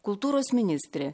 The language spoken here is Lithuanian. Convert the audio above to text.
kultūros ministrė